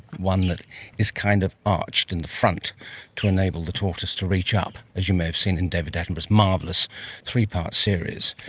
one that is kind of arched in the front to enable the tortoise to reach up, as you may have seen in david attenborough's marvellous three-part series,